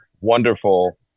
wonderful